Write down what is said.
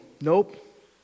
Nope